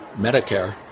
Medicare